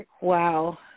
wow